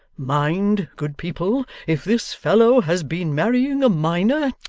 mind, good people, if this fellow has been marrying a minor